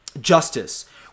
justice